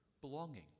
belonging